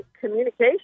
communication